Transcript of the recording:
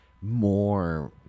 more